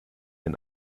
den